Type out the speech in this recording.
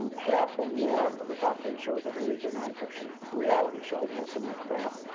half or more of the top ten shows every week are nonfiction, reality shows. most of them are crap.